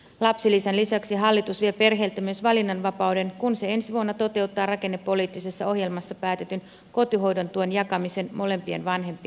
lapsilisän lisäksi hallitus vie perheiltä myös valinnanvapauden kun se ensi vuonna toteuttaa rakennepoliittisessa ohjelmassa päätetyn kotihoidon tuen jakamisen molempien vanhempien kesken